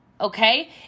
Okay